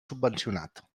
subvencionat